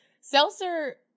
seltzer